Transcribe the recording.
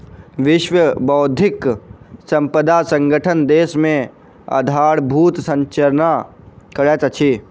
विश्व बौद्धिक संपदा संगठन देश मे आधारभूत संरचना करैत अछि